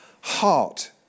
heart